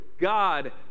God